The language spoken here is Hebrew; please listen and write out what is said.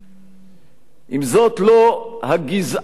אם זאת לא הגזענות בהתגלמותה,